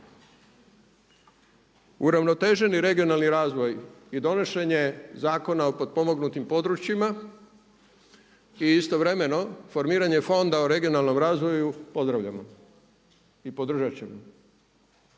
Uravnoteženi regionalni razvoj i donošenje Zakona o potpomognutim područjima i istovremeno formiranje Fonda o regionalnom razvoju pozdravljamo i podržat ćemo.